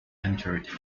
entered